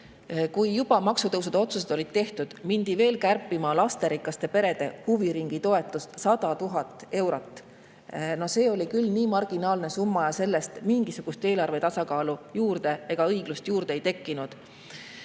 hiljuti, maksutõusude otsused olid juba tehtud –, et mindi veel kärpima lasterikaste perede huviringitoetust 100 000 euro võrra. See oli küll marginaalne summa ja sellest mingisugust eelarve tasakaalu ega õiglust juurde ei tekkinud,